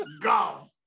golf